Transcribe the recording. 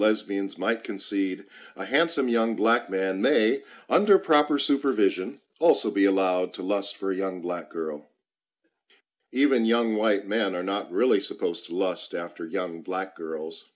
lesbians might concede a handsome young black man may under proper supervision also be allowed to lust for a young black girl even young white men are not really supposed to lust after young black girls